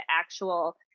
actual